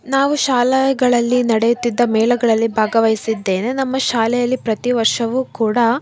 ನಾವು ಶಾಲೆಗಳಲ್ಲಿ ನಡೆಯುತ್ತಿದ್ದ ಮೇಳಗಳಲ್ಲಿ ಭಾಗವಹಿಸಿದ್ದೇನೆ ನಮ್ಮ ಶಾಲೆಯಲ್ಲಿ ಪ್ರತಿ ವರ್ಷವೂ ಕೂಡಾ